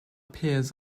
peers